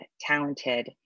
talented